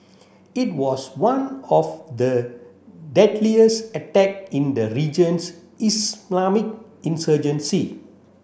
it was one of the deadliest attack in the region's Islamic insurgency